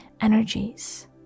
energies